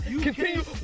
continue